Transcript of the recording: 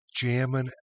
jamming